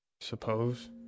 Suppose